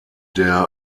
der